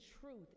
truth